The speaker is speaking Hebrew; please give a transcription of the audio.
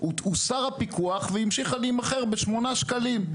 הוסר הפיקוח והיא המשיכה להימכר ב-8 שקלים,